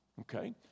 Okay